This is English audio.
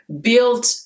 built